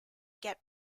get